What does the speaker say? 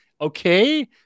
okay